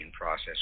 process